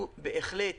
אנחנו בהחלט